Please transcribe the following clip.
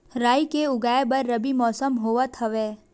राई के उगाए बर रबी मौसम होवत हवय?